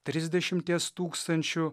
trisdešimties tūkstančių